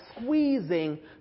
squeezing